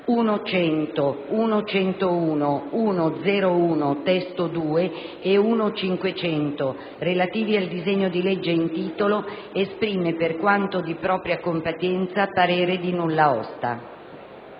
1.100, 1.101, 1.0.1 (testo 2) e 1.500, relativi al disegno di legge in titolo, esprime, per quanto di propria competenza, parere di nulla osta».